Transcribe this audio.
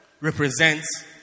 represents